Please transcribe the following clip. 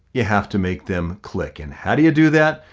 you have to make them click. and how do you do that?